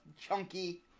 chunky